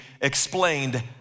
explained